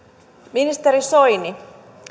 ministeri soini